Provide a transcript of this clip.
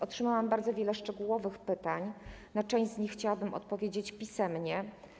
Otrzymałam bardzo wiele szczegółowych pytań, na część z nich chciałabym odpowiedzieć pisemnie.